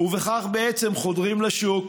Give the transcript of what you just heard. ובכך בעצם חודרים לשוק,